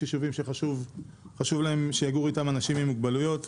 יש יישובים שחשוב להם שיגורו אתם אנשים עם מוגבלויות,